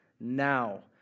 now